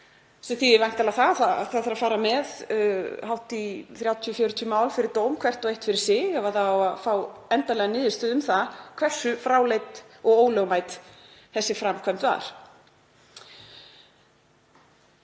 sem þýðir væntanlega að það þarf að fara með hátt í 30–40 mál fyrir dóm hvert og eitt fyrir sig ef það á að fá endanlega niðurstöðu um það hversu fráleit og ólögmæt þessi framkvæmd var.